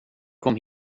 kom